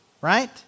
Right